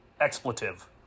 Expletive